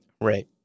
Right